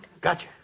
Gotcha